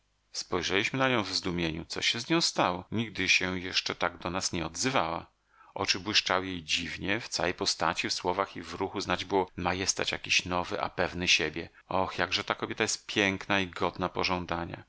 obawiać spojrzeliśmy na nią w zdumieniu co się z nią stało nigdy się jeszcze tak do nas nie odzywała oczy błyszczały jej dziwnie w całej postaci w słowach i w ruchu znać było majestat jakiś nowy a pewny siebie oh jakże ta kobieta jest piękna i godna pożądania